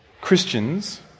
Christians